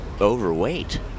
overweight